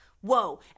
Whoa